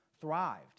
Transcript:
thrived